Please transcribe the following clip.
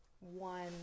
one